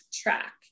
track